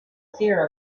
fear